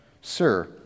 Sir